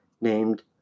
named